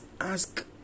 ask